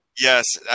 Yes